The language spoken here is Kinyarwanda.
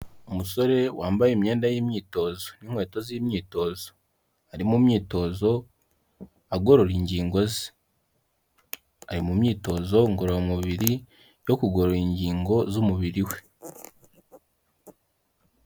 Umusore wambaye imyenda y'imyitozo n'inkweto z'imyitozo. Ari mu myitozo agorora ingingo ze. Ari mu myitozo ngororamubiri yo kugorora ingingo z'umubiri we.